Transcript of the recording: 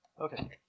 Okay